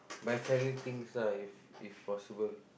by selling things lah if if possible